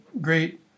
great